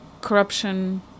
corruption